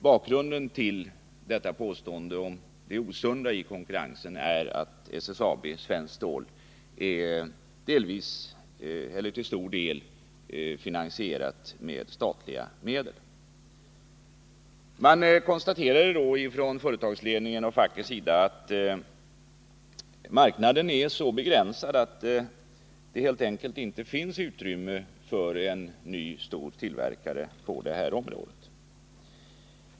Bakgrunden till påståendet om det osunda i konkurrensen är att SSAB till stor del finansieras med statliga medel. Företagsledningen och facket konstaterade att marknaden är så begränsad att det helt enkelt inte finns utrymme för en ny stor tillverkare på det här området.